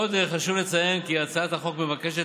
עוד חשוב לציין כי הצעת החוק מבקשת